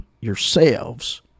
yourselves